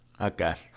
Okay